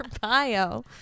bio